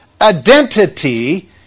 Identity